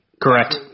Correct